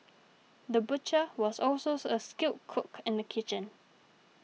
the butcher was also a skilled cook in the kitchen